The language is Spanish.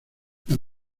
las